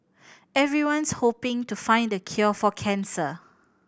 everyone's hoping to find the cure for cancer